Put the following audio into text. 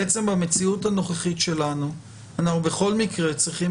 בעצם במציאות הנוכחית שלנו, אנחנו בכל מקרה צריכים